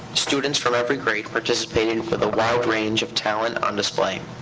students from every grade participated with a wide range of talent on display.